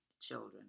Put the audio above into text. children